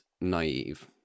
naive